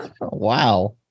Wow